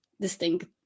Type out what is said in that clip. distinct